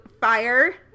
fire